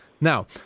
Now